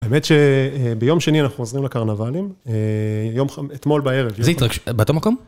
האמת שביום שני אנחנו חוזרים לקרנבלים, יום חמ... אתמול בערב. איזו התרגשות... באותו מקום?